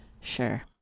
Sure